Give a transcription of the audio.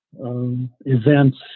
Events